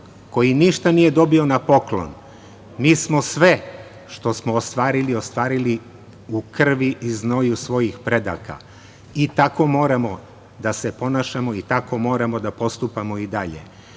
koji ništa nije dobio na poklon, mi smo sve što smo ostvarili, ostvarili u krvi i znoju svojih predaka i tako moramo da se ponašamo i da postupamo i dalje. Ne